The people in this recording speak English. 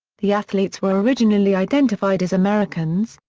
the athletes were originally identified as americans,